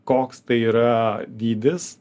koks tai yra dydis